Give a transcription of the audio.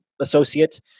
Associate